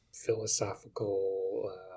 philosophical